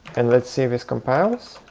and let's see if this compiles.